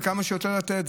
כמה שיותר לתת.